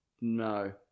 No